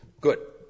Good